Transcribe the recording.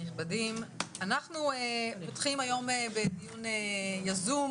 הנכבדים אנחנו פותחים היום בדיון יזום